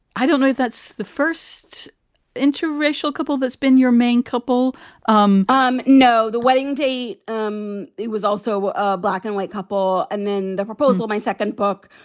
i don't know if that's the first interracial couple. that's been your main couple um um no. the wedding date um was also ah black and white couple. and then the proposal, my second book.